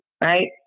right